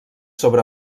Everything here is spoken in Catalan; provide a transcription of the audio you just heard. sobre